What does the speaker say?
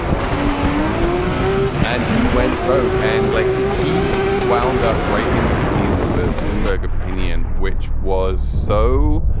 and he has gone rogue. and he went rogue and like he wound up writing this piece for bloomberg opinion which was so